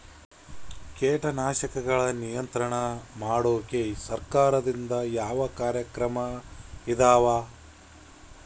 ಕೇಟನಾಶಕಗಳ ನಿಯಂತ್ರಣ ಮಾಡೋಕೆ ಸರಕಾರದಿಂದ ಯಾವ ಕಾರ್ಯಕ್ರಮ ಇದಾವ?